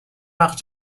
وقت